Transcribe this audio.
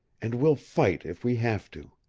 and we'll fight if we have to.